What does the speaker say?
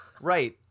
Right